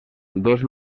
dos